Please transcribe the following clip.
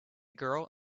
girl